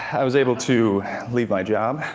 i was able to leave my job.